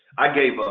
i gave, ah